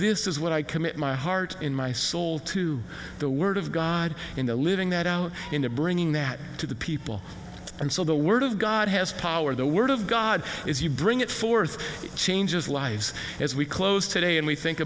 what i commit my heart in my soul to the word of god in the living that out in the bringing that to the people and so the word of god has power the word of god as you bring it forth changes lives as we close today and we think